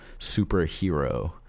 Superhero